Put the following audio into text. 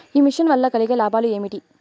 ఈ మిషన్ వల్ల కలిగే లాభాలు ఏమిటి?